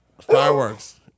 Fireworks